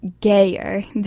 gayer